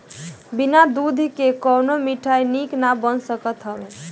बिना दूध के कवनो मिठाई निक ना बन सकत हअ